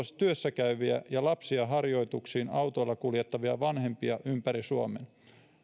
työssä käyviä ja lapsia harjoituksiin autolla kuljettavia vanhempia ympäri suomen